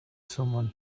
someone